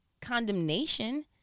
condemnation